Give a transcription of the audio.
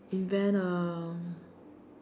invent um